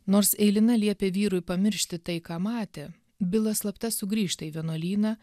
nors eilina liepė vyrui pamiršti tai ką matė bilas slapta sugrįžta į vienuolyną